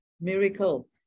Miracle